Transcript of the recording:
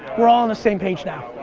we're all on the same page now.